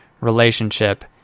relationship